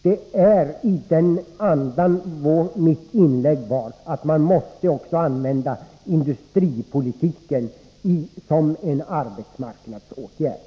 Mitt inlägg gjordes i den andan —- man måste använda också industripolitiken som en arbetsmarknadsåtgärd.